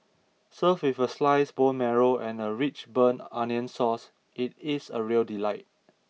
served with a sliced bone marrow and a rich burnt onion sauce it is a real delight